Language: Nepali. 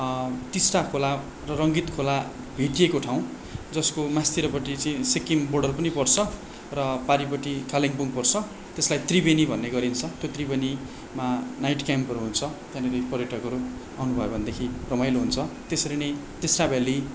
टिस्टा खोला र रङ्गीत खोला भेटिएको ठाउँ जसको मास्तिरपट्टि चाहिँ सिक्किम बोर्डर पनि पर्छ र पारिपट्टि कालिम्पोङ पर्छ त्यसलाई त्रिवेणी भन्ने गरिन्छ त्यो त्रिवेणीमा नाइट क्याम्पहरू हुन्छ त्यहाँनिर पर्यटकहरू आउनुभयो भनेदेखि रमाइलो हुन्छ त्यसरी नै टिस्टाभेल्ली